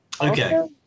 okay